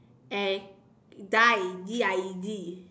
and died D I E D